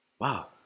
Wow